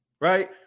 right